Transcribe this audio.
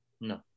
No